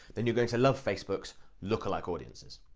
then you're going to love facebook's lookalike audiences.